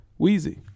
Wheezy